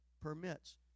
Permits